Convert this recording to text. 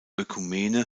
ökumene